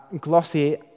glossy